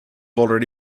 already